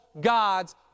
gods